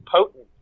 potent